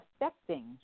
affecting